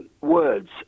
words